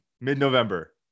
mid-November